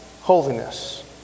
holiness